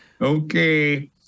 okay